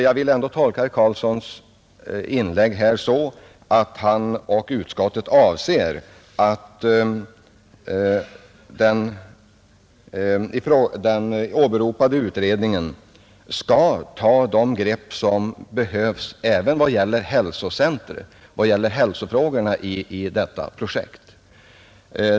Jag vill ändå tolka herr Karlssons inlägg här så att han och utskottet avser att den åberopade utredningen skall ta de grepp som behövs även beträffande hälsofrågorna i detta projekt.